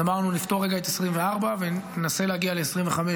אז אמרנו, נפתור רגע את 2024 וננסה להגיע ל-2025,